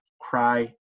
cry